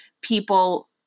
people